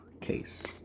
case